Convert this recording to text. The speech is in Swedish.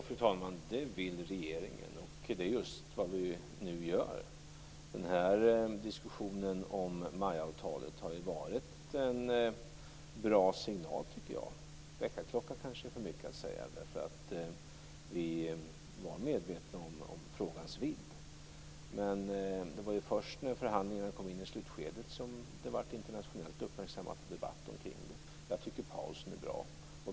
Fru talman! Det vill regeringen, och det är just vad vi nu gör. Jag tycker att diskussionen om MAI-avtalet har varit en bra signal. Det är kanske för mycket att säga väckarklocka. Vi var medvetna om frågans vidd. Men det var först när förhandlingarna kom in i slutskedet som det blev internationellt uppmärksammat och en debatt omkring det. Jag tycker pausen är bra.